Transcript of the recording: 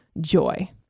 joy